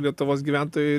lietuvos gyventojai